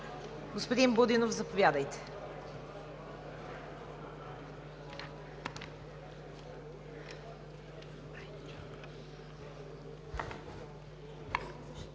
господин Будинов. Заповядайте,